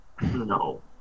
No